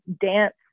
dance